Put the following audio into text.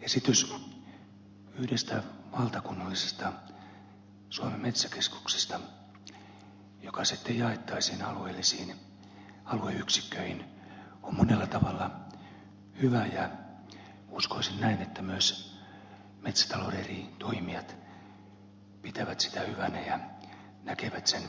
esitys yhdestä valtakunnallisesta suomen metsäkeskuksesta joka sitten jaettaisiin alueellisiin alueyksikköihin on monella tavalla hyvä ja uskoisin näin että myös metsätalouden eri toimijat pitävät sitä hyvänä ja näkevät sen